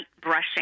brushing